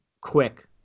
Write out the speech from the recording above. quick